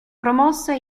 promosse